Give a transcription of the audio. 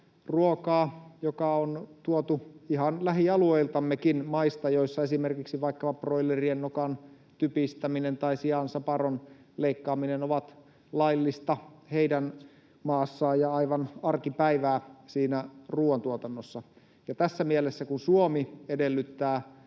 ruokaa, joka on tuotu ihan lähialueitammekin, maista, joissa esimerkiksi vaikkapa broilerien nokan typistäminen tai sian saparon leikkaaminen on laillista ja aivan arkipäivää siinä ruuantuotannossa. Ja tässä mielessä, kun Suomi edellyttää